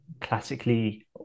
classically